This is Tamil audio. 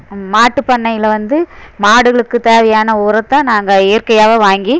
மாட்டுப்பண்ணையில் வந்து மாடுகளுக்கு தேவையான உரத்தை நாங்கள் இயற்கையாகவே வாங்கி